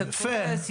העסק קורס,